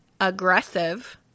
aggressive